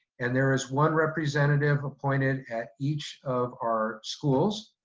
and there is one representative appointed at each of our schools.